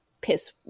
piss